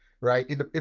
right